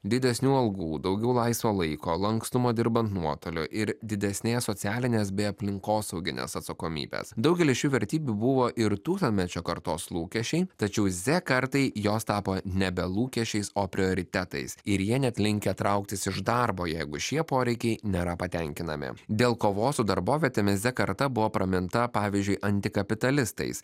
didesnių algų daugiau laisvo laiko lankstumo dirbant nuotoliu ir didesnės socialinės bei aplinkosauginės atsakomybės daugelis šių vertybių buvo ir tūkstantmečio kartos lūkesčiai tačiau z kartai jos tapo nebe lūkesčiais o prioritetais ir jie net linkę trauktis iš darbo jeigu šie poreikiai nėra patenkinami dėl kovos su darbovietėmis z karta buvo praminta pavyzdžiui anti kapitalistais